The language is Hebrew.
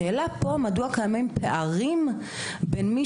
השאלה פה היא מדוע קיימים פערים בין מי